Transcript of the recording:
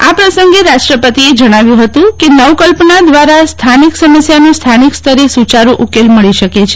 આ પ્રસંગે રાષ્ટ્રપતિએ જણાવ્યું હતું કે નવકલ્પના દ્વારા સ્થાનિક સમસ્યાનો સ્થાનિક સ્તરે સુચારૂ ઉકેલ મળી શકે છે